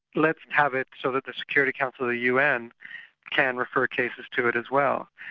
let's have it so that the security council of the un can refer cases to it as well,